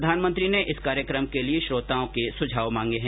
प्रधानमंत्री ने इस कार्यक्रम के लिए श्रोताओं के सुझाव मांगे हैं